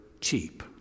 cheap